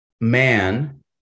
man